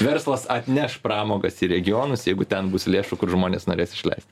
verslas atneš pramogas į regionus jeigu ten bus lėšų kur žmonės norės išleist